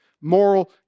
moral